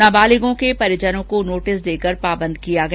नाबालिगों के परिजनों को नोटिस देकर पाबंद किया गया